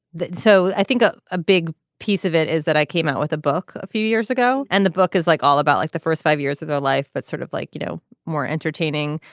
so i think ah a big piece of it is that i came out with a book a few years ago and the book is like all about like the first five years ago life but sort of like you know more entertaining.